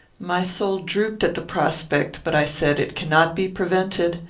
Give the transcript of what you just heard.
my soul drooped at the prospect, but i said, it cannot be prevented,